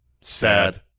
Sad